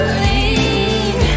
lean